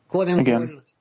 Again